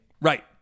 Right